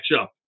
up